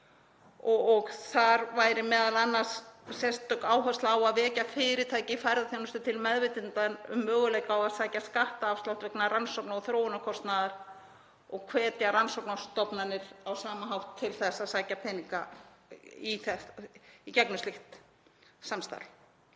Þar væri m.a. sérstök áhersla á að vekja fyrirtæki í ferðaþjónustu til meðvitundar um möguleika á að sækja skattafslátt vegna rannsókna og þróunarkostnaðar og hvetja rannsóknastofnanir á sama hátt til að sækja peninga í gegnum slíkt samstarf.